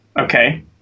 Okay